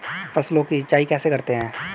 फसलों की सिंचाई कैसे करते हैं?